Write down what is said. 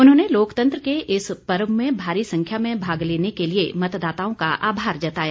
उन्होंने लोकतंत्र के इस पर्व में भारी संख्या में भाग लेने के लिए मतदाताओं का आभार जताया